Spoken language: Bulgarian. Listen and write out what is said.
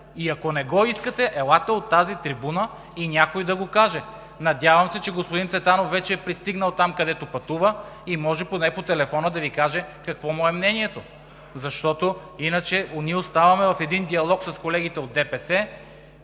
и ако не го искате, елате от тази трибуна и някой да го каже. Надявам се, че господин Цветанов вече е пристигнал там, закъдето пътува и може поне по телефона да Ви каже какво му е мнението. Защото иначе ние оставаме в един диалог с колегите от ДПС,